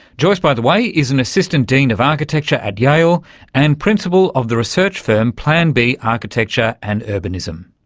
joyce, by the way, is an assistant dean of architecture at yale and principal of the research firm plan b architecture and urbanism.